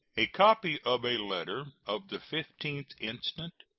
a copy of a letter of the fifteenth instant,